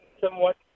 somewhat